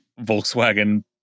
volkswagen